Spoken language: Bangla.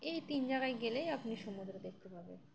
এই তিন জায়গায় গেলেই আপনি সমুদ্র দেখতে পাবেন